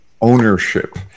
ownership